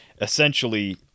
essentially